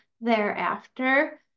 thereafter